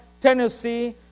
Tennessee